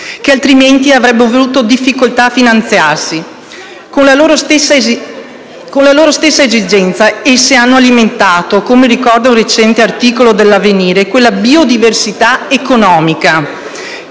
che altrimenti avrebbero avuto difficoltà a finanziarsi. Con la loro stessa esistenza, esse hanno alimentato, come ricorda in un recente articolo «Avvenire», quella biodiversità economica